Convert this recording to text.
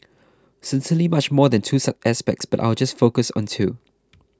certainly much more than two aspects but I'll just focus on two